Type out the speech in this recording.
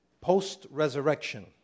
post-resurrection